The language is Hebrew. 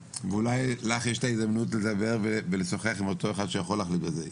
ואולי לך יש את ההזדמנות לדבר ולשוחח עם אותו אחד שיכול להחליט על זה.